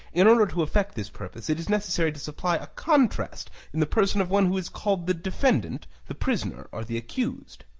in order to effect this purpose it is necessary to supply a contrast in the person of one who is called the defendant, the prisoner, or the accused.